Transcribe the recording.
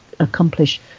accomplish